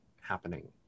happening